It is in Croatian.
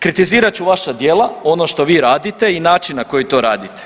Kritizirat ću vaša djela, ono što vi radite i način na koji to radite.